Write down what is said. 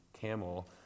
camel